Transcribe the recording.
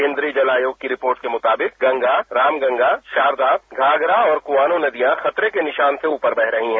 केन्द्रीय जल आयोग की रिपोर्ट के मुताबिक गंगा रामगंगा शारदा घाघरा और कोआनो नदियां खतरे के निशान से ऊपर बह रही हैं